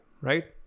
right